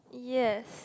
yes